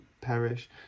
perish